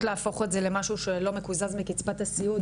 להפוך את זה למשהו שלא מקוזז מקצבת הסיעוד,